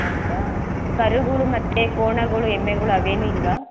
ಹೌದಾ ಕರುಗಳು ಮತ್ತು ಕೋಣಗಳು ಎಮ್ಮೆಗಳು ಅವೇನು ಇಲ್ಲವಾ